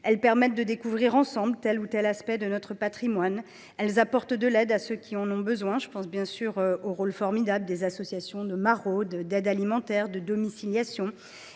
Elles permettent de découvrir ensemble tel aspect de notre patrimoine. Elles apportent de l’aide à ceux qui en ont besoin : je pense bien sûr au rôle formidable des associations de maraude, d’aide alimentaire, de domiciliation